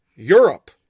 Europe